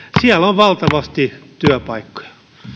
siellä on valtavasti työpaikkoja